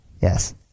Yes